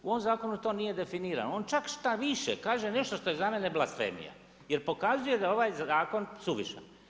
U ovom zakonu to nije definirano, on čak štoviše kaže nešto što je za mene blasfemija jer pokazuje da je ovaj zakon suvišan.